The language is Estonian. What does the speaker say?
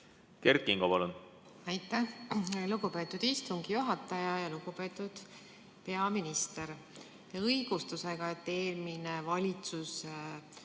Kert Kingo, palun! Aitäh, lugupeetud istungi juhataja! Lugupeetud peaminister! Õigustusega, et eelmine valitsus